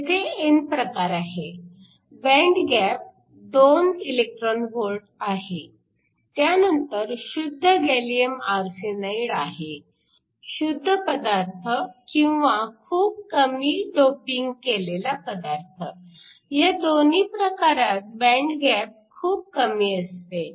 येथे n प्रकार आहे बँड गॅप 2eV आहे त्यानंतर शुद्ध गॅलीअम आर्सेनाईड आहे शुद्ध पदार्थ किंवा खूप कमी डोपिंग केलेला पदार्थ ह्या दोन्ही प्रकारात बँड गॅप खूप कमी असतो